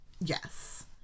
Yes